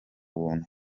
buntu